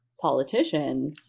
politician